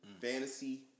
Fantasy